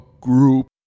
group